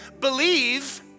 believe